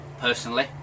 personally